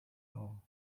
all